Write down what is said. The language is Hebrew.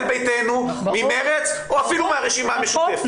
ביתנו או ממרצ ואפילו מהרשימה המשותפת.